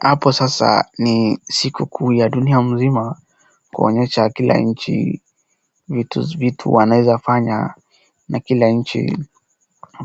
Hapo sasa ni siku kuu ya dunia mzima, kuonyesha kila nchi vitu wanaeza fanya na kila nchi